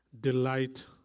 delight